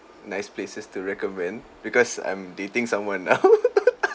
nice places to recommend because I'm dating someone now